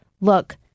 look